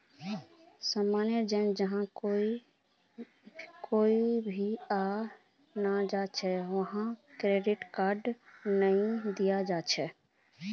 सामान्य जन जहार कोई भी आय नइ छ वहाक क्रेडिट कार्ड नइ दियाल जा छेक